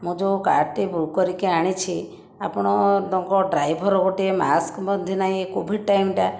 ମୁଁ ଯେଉଁ କାର୍ଟି ବୁକ୍ କରିକି ଆଣିଛି ଆପଣଙ୍କ ଡ୍ରାଇଭର ଗୋଟିଏ ମାସ୍କ ମଧ୍ୟ ନାହିଁ କୋଭିଡ଼ ଟାଇମଟା